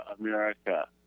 America